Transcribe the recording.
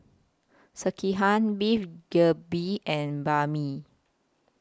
Sekihan Beef Galbi and Banh MI